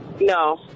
No